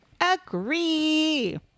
agree